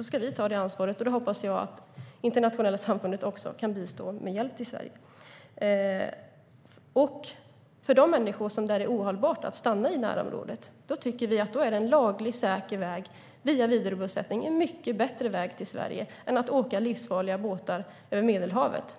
ska vi ta det ansvaret. Då hoppas jag att det internationella samfundet kan bistå med hjälp till Sverige. För de människor för vilka det är ohållbart att stanna i närområdet tycker vi att en laglig, säker väg via vidarebosättning är en mycket bättre väg till Sverige än att åka i livsfarliga båtar över Medelhavet.